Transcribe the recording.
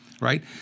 Right